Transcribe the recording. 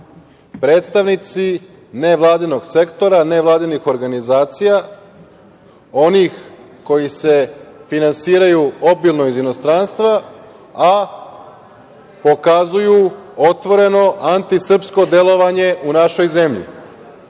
predstavnici nevladinog sektora, nevladinih organizacija, onih koji se finansiraju obilno iz inostranstva, a pokazuju otvoreno antisrpsko delovanje u našoj